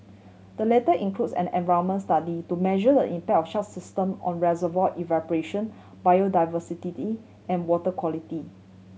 the latter includes an environment study to measure the impact of such system on reservoir evaporation biodiversity E and water quality